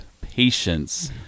patience